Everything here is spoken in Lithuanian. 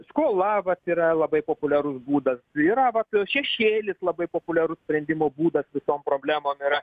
skola vat yra labai populiarus būdas yra vat jau šešėlis labai populiarus sprendimo būdas visom problemom yra